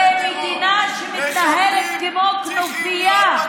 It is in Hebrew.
זו מדינה שמתנהלת כמו כנופיה.